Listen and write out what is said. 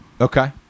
Okay